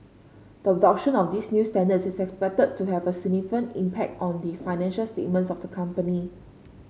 the adoption of these new standards is expected to have a significant impact on the financial statements of the company